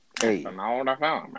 Hey